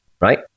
right